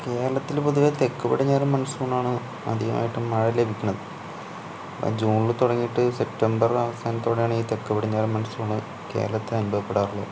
കേരളത്തില് പൊതുവേ തെക്കുപടിഞ്ഞാറന് മണ്സൂണാന്നു അധികമായിട്ടും മഴ ലഭിക്കണത് അത് ജൂണില് തുടങ്ങിയിട്ട് സെപ്റ്റംബര് അവസാനത്തോടെയാണ് ഈ തെക്കുപടിഞ്ഞാറന് മണ്സൂണ് കേരളത്തില് അനുഭവപ്പെടാറുള്ളത്